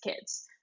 kids